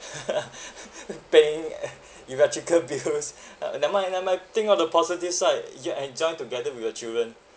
paying eh you've got thicker bills ah never mind never mind think all the positive side you enjoy together with your children